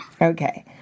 Okay